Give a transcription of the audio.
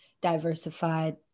diversified